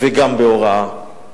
וגם בהוראה,